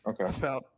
Okay